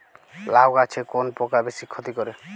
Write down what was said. লাউ গাছে কোন পোকা বেশি ক্ষতি করে?